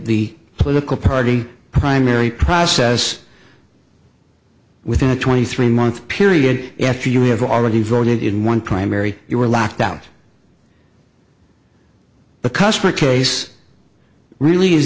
the political party primary process within a twenty three month period after you have already voted in one primary you were locked out the customer base really is